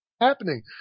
happening